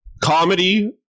Comedy